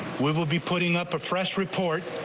we'll we'll be putting up a press report.